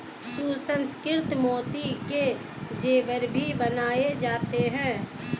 सुसंस्कृत मोती के जेवर भी बनाए जाते हैं